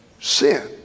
sin